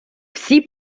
всі